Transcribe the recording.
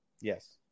Yes